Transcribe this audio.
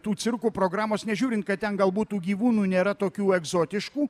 tų cirkų programos nežiūrint kad ten galbūt tų gyvūnų nėra tokių egzotiškų